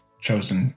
chosen